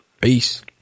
Peace